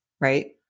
Right